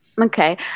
okay